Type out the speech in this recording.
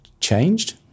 changed